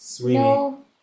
No